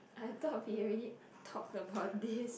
I thought we already talked about this